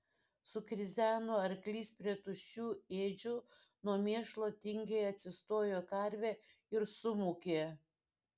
sukrizeno arklys prie tuščių ėdžių nuo mėšlo tingiai atsistojo karvė ir sumūkė